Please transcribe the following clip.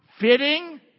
fitting